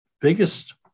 biggest